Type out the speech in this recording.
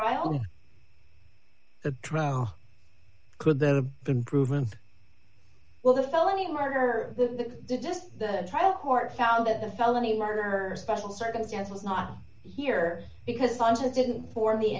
a trial could that have been proven well the felony murder the just trial court found that the felony murder special circumstance was not here because i didn't for he